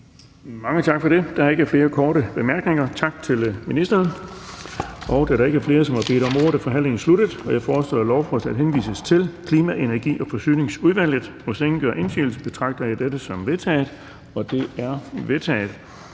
Mange tak for det. Der er ikke flere korte bemærkninger. Tak til ministeren. Da der ikke er flere, som har bedt om ordet, er forhandlingen sluttet. Jeg foreslår, at lovforslaget henvises til Klima-, Energi- og Forsyningsudvalget. Hvis ingen gør indsigelse, betragter jeg dette som vedtaget. Det er vedtaget.